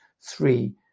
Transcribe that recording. three